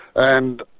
and